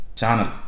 channel